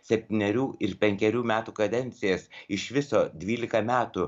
septynerių ir penkerių metų kadencijas iš viso dvylika metų